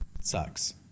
Sucks